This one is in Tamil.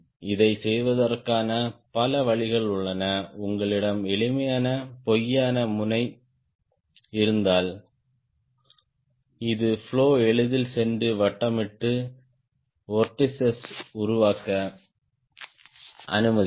இதைச் செய்வதற்கான பல வழிகள் உள்ளன உங்களிடம் எளிமையான பொய்யான முனை இருந்தால் இது பிளோ எளிதில் சென்று வட்டமிட்டு வோர்டிஸ்ஸ் உருவாக்க அனுமதிக்கும்